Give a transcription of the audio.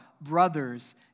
brothers